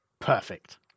Perfect